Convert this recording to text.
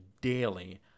daily